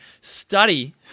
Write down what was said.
study